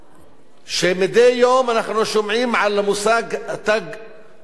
שמדי יום אנחנו שומעים על המושג "תג מחיר"